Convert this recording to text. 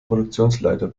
produktionsleiter